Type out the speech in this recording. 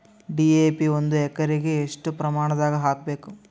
DAP ಒಂದು ಎಕರಿಗ ಎಷ್ಟ ಪ್ರಮಾಣದಾಗ ಹಾಕಬೇಕು?